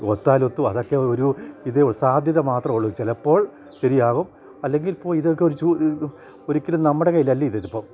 ഒത്താൽ ഒത്തു അതൊക്കെ ഒരു ഇത് സാധ്യത മാത്രമേ ഉള്ളൂ ചിലപ്പോൾ ശരിയാകും അല്ലെങ്കിൽ ഇപ്പോൾ ഇതൊക്കെ ഒരു ഒരിക്കലും നമ്മുടെ കൈയിൽ അല്ല ഇതിപ്പം